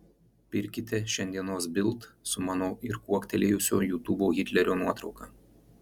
pirkite šiandienos bild su mano ir kuoktelėjusio jutubo hitlerio nuotrauka